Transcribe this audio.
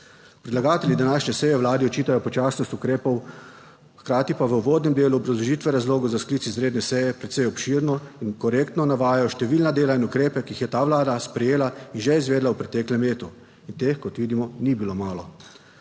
Predlagatelji današnje seje vladi očitajo počasnost ukrepov, hkrati pa v uvodnem delu obrazložitve razlogov za sklic izredne seje precej obširno in korektno navajajo številna dela in ukrepe, ki jih je ta Vlada sprejela in že izvedla v preteklem letu in teh, kot vidimo, ni bilo malo.